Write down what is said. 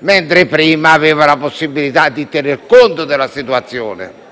mentre prima si aveva la possibilità di tener conto della situazione?